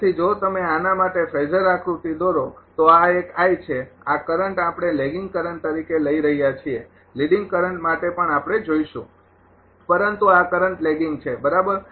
તેથી જો તમે આના માટે ફેઝરં આકૃતિ દોરો તો આ એક છે આ કરંટ આપણે લેગિંગ કરંટ તરીકે લઈ રહ્યા છીએ લીડિંગ કરંટ માટે પણ આપણે જોશું પરંતુ આ કરંટ લેગિંગ છે બરાબર